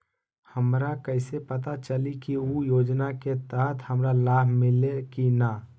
हमरा कैसे पता चली की उ योजना के तहत हमरा लाभ मिल्ले की न?